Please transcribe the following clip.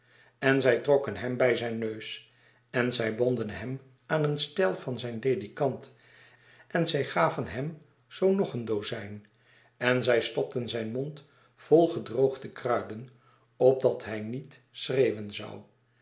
en zij trokken hem bij zijn neus en zij bonden hem aan een stijl van zijn ledikant en zij gaven hem zoo nog een dozijn en zij stopten zijn mond vol gedroogde kruiden opdat hij niet schreeuwen